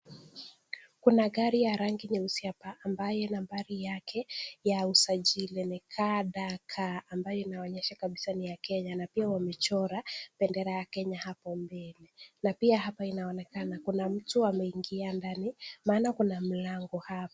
Kuna gari ya rangi nyeusi hapa ambayo nambari yake ya usajili ni KDK ambayo inaonyesha kabisa ni ya Kenya na pia wamechora bendera ya Kenya hapo mbele na pia hapa inaonekana kuna mtu ameingia ndani maana kuna mlango hapa.